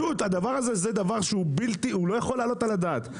הדבר הזה הוא דבר שלא יכול להעלות על הדעת.